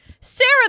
Sarah